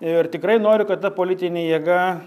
ir tikrai noriu kad ta politinė jėga